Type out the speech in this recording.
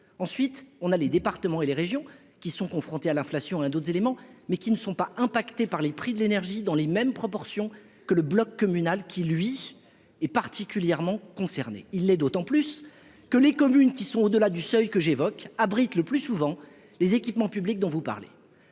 ensuite on a les départements et les régions qui sont confrontés à l'inflation, hein, d'autres éléments, mais qui ne sont pas impactés par les prix de l'énergie dans les mêmes proportions que le bloc communal qui lui est particulièrement concerné : il est d'autant plus que les communes qui sont au-delà du seuil que j'évoque, abrite le plus souvent, les équipements publics dont vous parlez,